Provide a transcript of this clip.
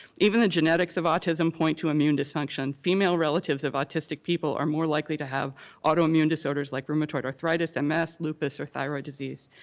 even the genetics of autism point to immune dysfunction. female relatives of autistic people are more likely to have autoimmune disorders, like rheumatoid arthritis, and ms, lupus or thyroid disease.